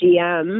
GM